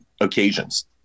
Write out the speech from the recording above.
occasions